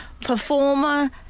Performer